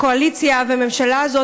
הקואליציה והממשלה הזאת,